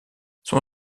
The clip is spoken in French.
son